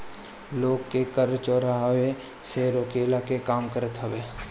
लोग के कर चोरावे से रोकला के काम करत हवे